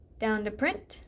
down to print